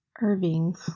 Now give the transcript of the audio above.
irving